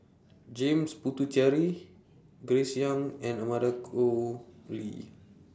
James Puthucheary Grace Young and Amanda Koe Lee